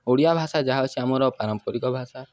ଓଡ଼ିଆ ଭାଷା ଯାହା ହେଉଛି ଆମର ପାରମ୍ପରିକ ଭାଷା